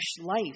life